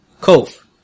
Cove